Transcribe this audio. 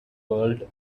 world